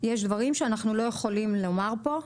יש דברים שאנחנו לא יכולים לומר פה,